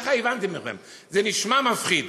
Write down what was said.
ככה הבנתי מכם, זה נשמע מפחיד.